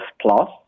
plus